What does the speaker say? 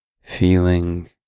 feeling